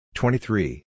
twenty-three